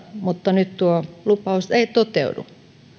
mutta nyt tuo lupaus ei toteudu